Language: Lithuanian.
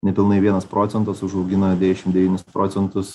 nepilnai vienas procentas užaugina devynis procentus